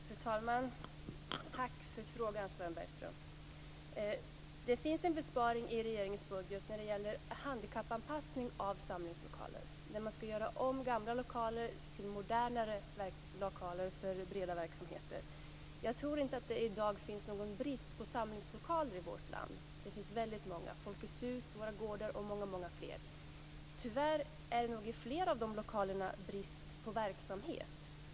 Fru talman! Tack för frågan, Sven Bergström! Det finns en besparing i regeringens budget när det gäller handikappanpassning av samlingslokaler. Det gäller när man skall göra om gamla lokaler till modernare lokaler för breda verksamheter. Jag tror inte att det i dag finns någon brist på samlingslokaler i vårt land. Det finns väldigt många: Folkets hus, Våra Gårdar och många fler. Tyvärr är det nog i flera av dessa lokaler brist på verksamhet.